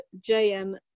JM